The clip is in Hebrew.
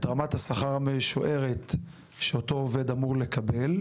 רמת השכר המשוערת שאותו עובד אמור לקבל,